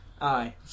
Aye